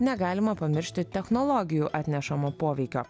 negalima pamiršti technologijų atnešamo poveikio